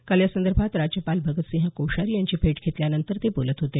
काल यासंदर्भात राज्यपाल भगतसिंह कोश्यारी यांची भेट घेतल्यानंतर ते बोलत होते